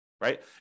right